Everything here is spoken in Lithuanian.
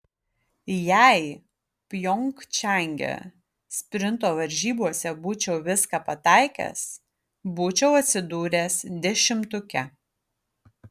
jei pjongčange sprinto varžybose būčiau viską pataikęs būčiau atsidūręs dešimtuke